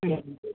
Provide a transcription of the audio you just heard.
ஆ